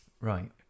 Right